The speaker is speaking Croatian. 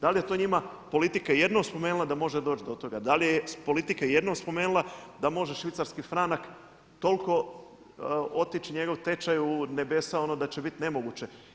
Da li je to njima politika jednom spomenula da može doći do toga, da li je politika jednom spomenula da može švicarski franak toliko otići njegov tečaj u nebesa ono da će biti nemoguće.